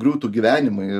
griūtų gyvenimai